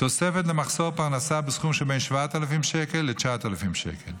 תוספת למחסור פרנסה בסכום שבין 7,000 שקל ל-9,000 שקל,